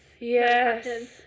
yes